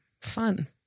fun